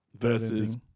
versus